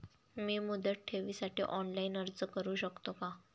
मी मुदत ठेवीसाठी ऑनलाइन अर्ज करू शकतो का?